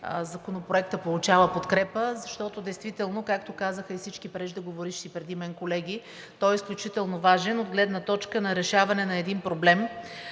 Законопроектът получава подкрепа, защото действително, както казаха и всички колеги преди мен, той е изключително важен от гледна точка на решаване на един проблем,